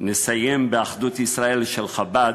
נסיים באחדות ישראל של חב"ד,